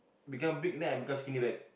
become big then I become skinny right